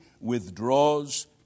withdraws